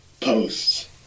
posts